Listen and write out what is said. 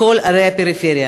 לכל ערי הפריפריה.